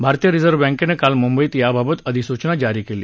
भारतीय रिझर्व्ह बँकेनं काल मुंबईत याबाबत अधिसूचना जारी केली